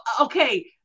Okay